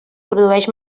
produeix